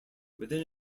within